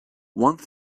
one